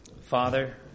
Father